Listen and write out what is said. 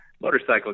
motorcycle